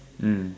mm